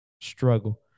struggle